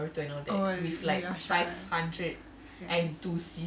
oh yes